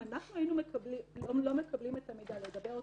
אם אנחנו לא היינו מקבלים את המידע לגבי החקירה,